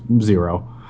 zero